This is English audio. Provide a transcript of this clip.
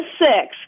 six